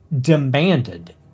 demanded